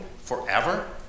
Forever